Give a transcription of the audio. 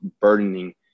burdening